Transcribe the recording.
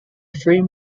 frame